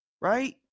Right